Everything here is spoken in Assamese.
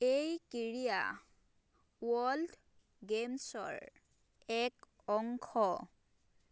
এই ক্ৰীড়া ৱৰ্ল্ড গেইমছৰ এক অংশ